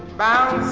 back to